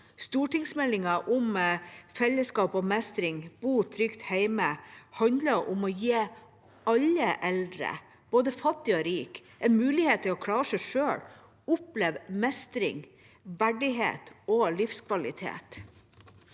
Stortingsmeldinga «Fellesskap og meistring – Bu trygt heime» handler om å gi alle eldre, både fattige og rike, en mulighet til å klare seg selv og oppleve mestring, verdighet og livskvalitet.